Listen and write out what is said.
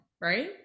right